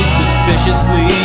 suspiciously